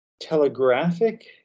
telegraphic